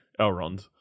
Elrond